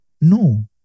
No